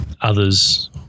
others